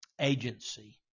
agency